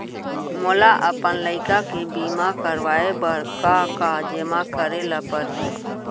मोला अपन लइका के बीमा करवाए बर का का जेमा करे ल परही?